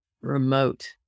remote